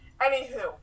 Anywho